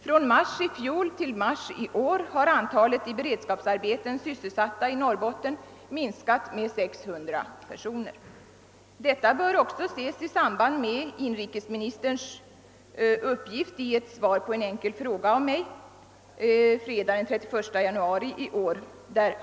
Från mars i fjol till mars i år har antalet i beredskapsarbeten sysselsatta i Norrbotten minskat med 600 personer. Detta bör ses i samband med ett svar som inrikesministern lämnade på en enkel fråga av mig den 31 januari i år.